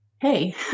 hey